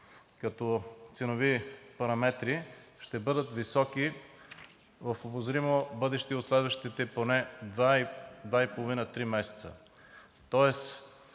като ценови параметри ще бъдат високи в обозримо бъдеще и в следващите поне два